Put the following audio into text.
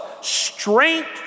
strength